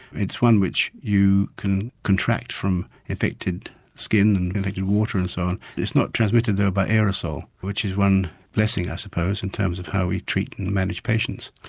it's one which you can contract from infected skin and infected water and so on, it's not transmitted though by aerosol which is one blessing i suppose in terms of how we treat and manage patients.